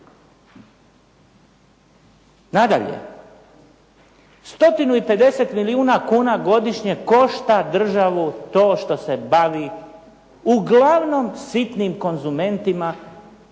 i 50 milijuna kuna godišnje košta državu to što se bavi uglavnom sitnim konzumentima